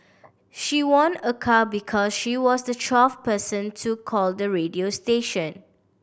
she won a car because she was the twelfth person to call the radio station